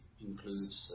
includes